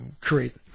create